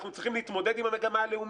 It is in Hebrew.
אנחנו צריכים להתמודד עם המגמה הלאומית,